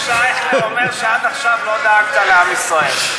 מה שאייכלר אומר זה שעד עכשיו לא דאגת לעם ישראל.